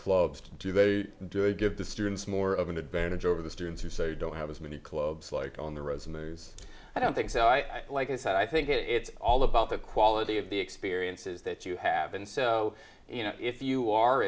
clubs do they do it give the students more of an advantage over the students who say we don't have as many clubs like on the roads moves i don't think so i like i said i think it's all about the quality of the experiences that you have and so you know if you are